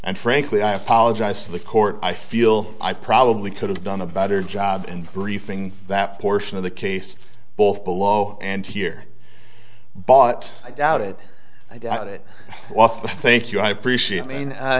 and frankly i apologize to the court i feel i probably could have done a better job in briefing that portion of the case both below and here but i doubt it i doubt it well thank you i appreciate mean